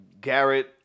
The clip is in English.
Garrett –